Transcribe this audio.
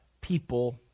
people